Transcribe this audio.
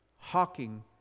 Hawking